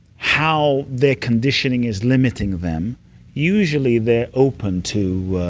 how their conditioning is limiting them usually they're open to